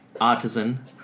artisan